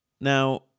Now